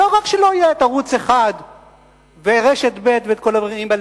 זה לא רק שלא יהיה ערוץ-1 ורשת ב' וכל הדברים האלה,